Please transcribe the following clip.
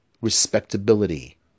respectability